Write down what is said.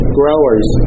growers